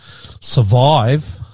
survive